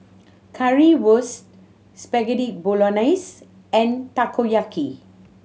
Currywurst Spaghetti Bolognese and Takoyaki